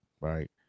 right